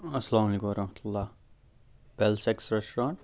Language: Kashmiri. اسلام علیکُم ورحمتہ اللہ بٮ۪لسٮ۪کِس رٮ۪سٹرٛانٛٹ